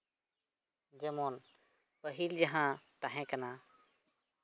ᱡᱮᱢᱚᱱ ᱯᱟᱹᱦᱤᱞ ᱡᱟᱦᱟᱸ ᱛᱟᱦᱮᱸ ᱠᱟᱱᱟ